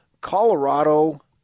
Colorado